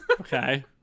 Okay